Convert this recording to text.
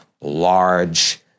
large